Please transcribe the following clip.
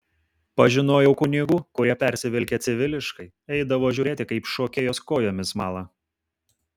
pažinojau kunigų kurie persivilkę civiliškai eidavo žiūrėti kaip šokėjos kojomis mala